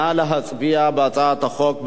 נא להצביע על הצעת החוק.